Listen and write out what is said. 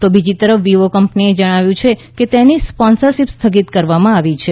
તો બીજી તરફ વીવો કંપનીએ જણાવ્યું છે કે તેની સ્પોન્સરશીપ સ્થગિત કરવામાં આવી છે